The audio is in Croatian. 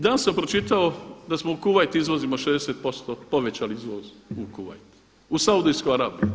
Danas sam pročitao da smo u Kuvajt izvozimo 60%, povećali izvoz u Kuvajt, u Saudijsku Arabiju.